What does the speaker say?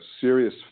serious